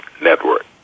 network